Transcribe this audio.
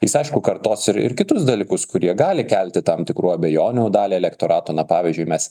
jis aišku kartos ir kitus dalykus kurie gali kelti tam tikrų abejonių daliai elektorato na pavyzdžiui mes